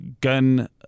gun